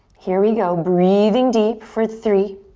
here we go. breathing deep. for three,